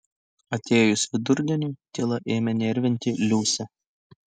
atėjus vidurdieniui tyla ėmė nervinti liusę